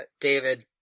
David